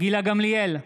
גילה גמליאל,